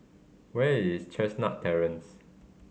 where is Chestnut Terrance